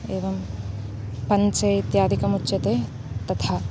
एवं पञ्चे इत्यादिकमुच्यते तथा